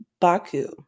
Baku